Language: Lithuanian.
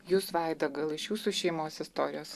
jūs vaida gal iš jūsų šeimos istorijos